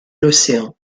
l’océan